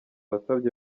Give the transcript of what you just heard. wasabye